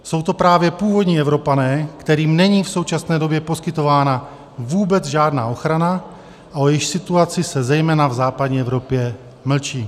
Jsou to právě původní Evropané, kterým není v současné době poskytována vůbec žádná ochrana a o jejichž situaci se zejména v západní Evropě mlčí.